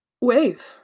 wave